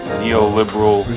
neoliberal